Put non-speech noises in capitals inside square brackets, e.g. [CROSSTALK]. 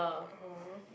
[NOISE] !huh!